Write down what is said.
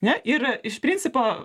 ne ir iš principo